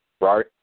Right